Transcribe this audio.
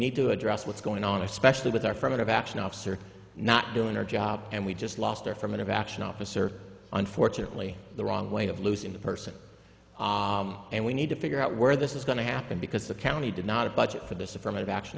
need to address what's going on especially with our front of action officer not doing our job and we just lost our ferment of action officer unfortunately the wrong way of losing the person and we need to figure out where this is going to happen because the county did not a budget for this affirmative action